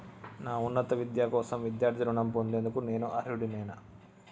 నా ఉన్నత విద్య కోసం విద్యార్థి రుణం పొందేందుకు నేను అర్హుడినేనా?